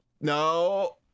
no